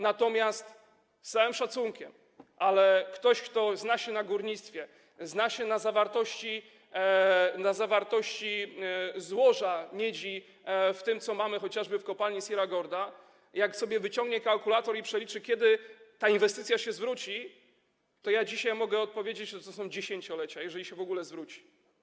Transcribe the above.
Natomiast z całym szacunkiem, ale ktoś, kto zna się na górnictwie, zna się na zawartości złoża miedzi w tym, co mamy, chociażby w kopalni Sierra Gorda, jak sobie wyciągnie kalkulator i przeliczy, kiedy ta inwestycja się zwróci, to ja dzisiaj mogę odpowiedzieć, że to są dziesięciolecia, jeżeli się w ogóle zwróci.